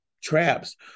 traps